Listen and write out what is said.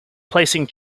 placing